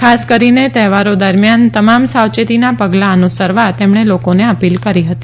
ખાસ કરીને તહેવારો દરમિયાન તમામ સાવચેતીના પગલા અનુસરવા તેમણે લોકોને અપીલ કરી હતી